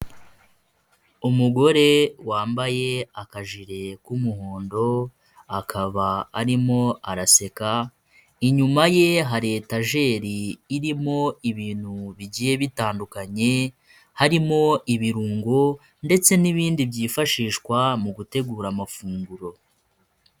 Umugore wambaye akajire k'umuhondo, akaba arimo araseka, inyuma ye hari etajeri, irimo ibintu bigiye bitandukanye, harimo ibirungo ndetse n'ibindi byifashishwa mu gutegura amafunguro.